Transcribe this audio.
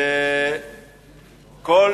לדעתי,